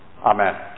Amen